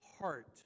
heart